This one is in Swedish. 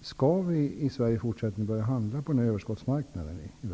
Skall vi i Sverige i fortsättningen börja handla på överskottsmarknaden?